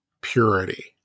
purity